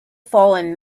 fallen